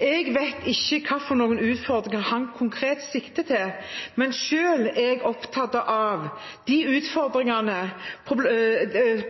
Jeg vet ikke hvilke utfordringer han konkret sikter til, men selv er jeg opptatt av de utfordringene